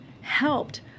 helped